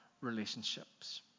relationships